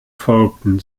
folgten